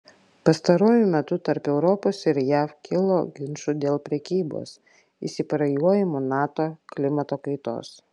pastaruoju metu tarp europos ir jav kilo ginčų dėl prekybos įsipareigojimų nato klimato kaitos